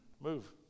Move